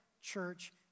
church